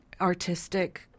artistic